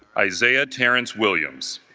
isaiah terrence williams